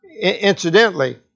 incidentally